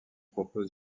propose